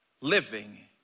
living